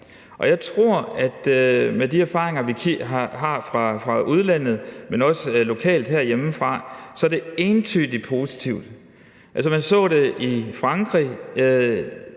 Jeg tror, at med de erfaringer, vi har fra udlandet, men også lokalt her hjemmefra, er det entydigt positivt. Man så det i Frankrig.